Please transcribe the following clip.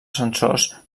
sensors